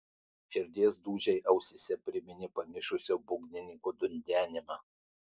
širdies dūžiai ausyse priminė pamišusio būgnininko dundenimą